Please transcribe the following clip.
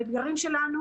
האתגרים שלנו